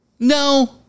No